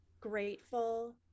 grateful